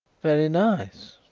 very nice,